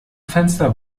fenster